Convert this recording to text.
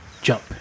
jump